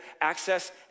access